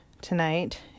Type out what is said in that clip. tonight